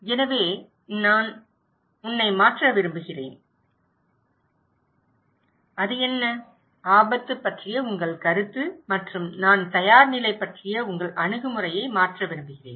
எனவே நான் உன்னை மாற்ற விரும்புகிறேன் அது என்ன ஆபத்து பற்றிய உங்கள் கருத்து மற்றும் நான் தயார்நிலை பற்றிய உங்கள் அணுகுமுறையை மாற்ற விரும்புகிறேன்